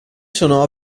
sono